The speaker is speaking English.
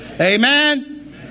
Amen